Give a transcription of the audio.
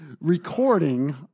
recording